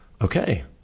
okay